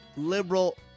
Liberal